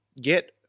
get